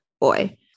boy